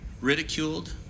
ridiculed